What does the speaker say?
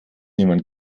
niemand